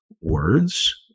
words